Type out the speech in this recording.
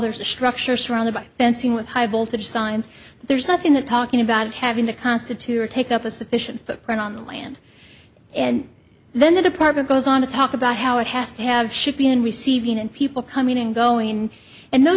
there's a structure surrounded by fencing with high voltage signs there's nothing that talking about having the constitution take up a sufficient footprint on the land and then the department goes on to talk about how it has to have should be in receiving and people coming and going and